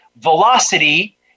velocity